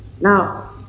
now